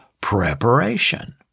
preparation